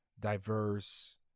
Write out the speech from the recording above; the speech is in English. diverse